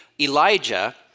Elijah